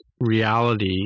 reality